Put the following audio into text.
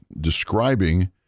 describing